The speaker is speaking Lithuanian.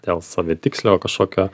dėl savitikslio kažkokio